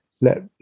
let